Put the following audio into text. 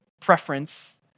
preference